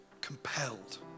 Compelled